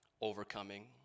overcoming